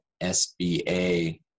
s-b-a